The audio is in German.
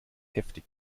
heftig